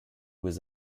was